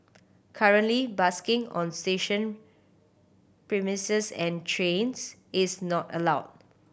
currently busking on station premises and trains is not allowed